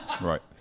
Right